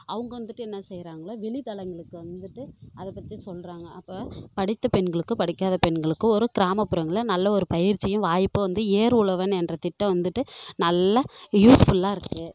அவங்க வந்துட்டு என்ன செய்கிறாங்க வெளி தளங்களுக்கு வந்துட்டு அதைப் பற்றி சொல்கிறாங்க அப்போ படித்த பெண்களுக்கும் படிக்காத பெண்களுக்கும் ஒரு கிராமப்புறங்களில் நல்ல ஒரு பயிற்சியும் வாய்ப்பும் வந்து ஏர் உழவன் என்ற திட்டம் வந்துட்டு நல்ல யூஸ்ஃபுல்லாக இருக்குது